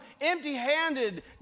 empty-handed